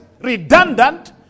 redundant